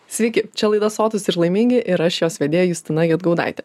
sveiki čia laida sotūs ir laimingi ir aš šios vedėja justina gedgaudaitė